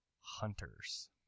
Hunters